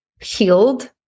healed